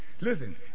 listen